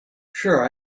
sure